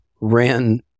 ran